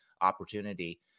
opportunity